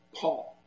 Paul